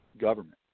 government